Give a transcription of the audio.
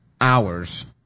hours